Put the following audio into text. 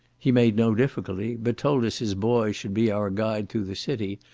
he made no difficulty, but told us his boy should be our guide through the city,